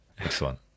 excellent